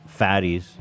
fatties